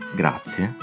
grazie